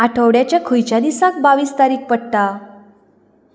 आठवड्याच्या खंयच्या दिसाक बावीस तारीख पडटा